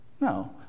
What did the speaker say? No